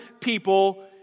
people